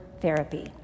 therapy